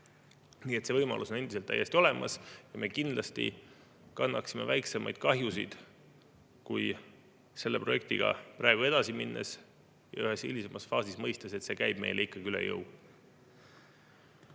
rohkem. See võimalus on endiselt täiesti olemas ja me kindlasti kannaksime väiksemaid kahjusid kui selle projektiga praegu edasi minnes ja hilisemas faasis mõistes, et see käib meile ikkagi üle jõu.